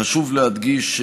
חשוב להדגיש,